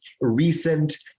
recent